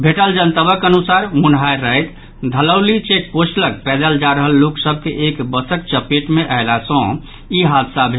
भेंटल जनतबक अनुसार मुन्हरि राति घलौली चेकपोस्ट लग पैदल जा रहल लोक सभ के एक बसक चपेट मे अयला सँ ई हादसा भेल